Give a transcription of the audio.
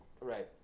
Right